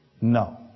No